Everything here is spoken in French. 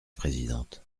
présidente